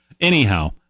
anyhow